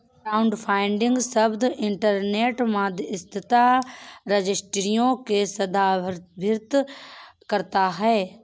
crowdfunding शब्द internet मध्यस्थता रजिस्ट्रियों को संदर्भित करता है